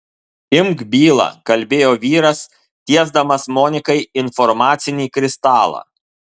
imk bylą kalbėjo vyras tiesdamas monikai informacinį kristalą